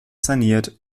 saniert